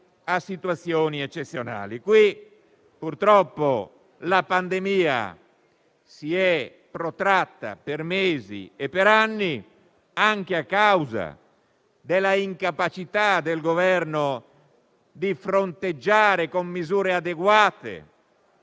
a situazioni eccezionali. Purtroppo la pandemia si è protratta per tanti mesi anche a causa dell'incapacità del Governo di fronteggiarla con misure adeguate,